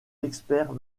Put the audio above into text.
expert